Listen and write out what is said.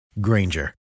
Granger